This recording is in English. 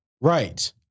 Right